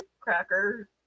cracker